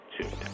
tuned